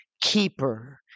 keeper